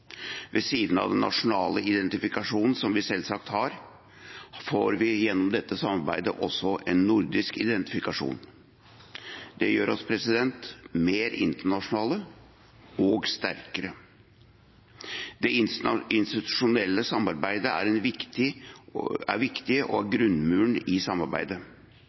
Ved siden av den nasjonale identifikasjonen som vi selvsagt har, får vi gjennom dette samarbeidet en nordisk identifikasjon. Det gjør oss mer internasjonale og sterkere. Det institusjonelle samarbeidet er viktig og grunnmuren i samarbeidet.